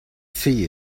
see